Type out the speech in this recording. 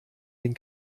den